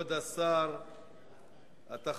כבוד שר התחבורה,